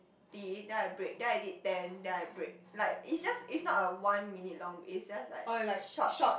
~ty then I break then I did ten then I break like it's just it's not a one minute long it's just like short